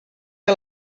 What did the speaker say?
que